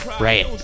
Right